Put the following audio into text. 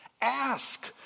ask